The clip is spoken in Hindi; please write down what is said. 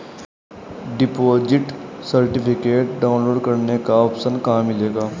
डिपॉजिट सर्टिफिकेट डाउनलोड करने का ऑप्शन कहां मिलेगा?